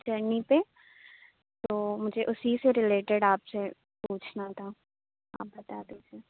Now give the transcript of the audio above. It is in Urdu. جرنی پہ تو مجھے اُسی سے رلیٹڈ آپ سے پوچھنا تھا آپ بتا دیجیے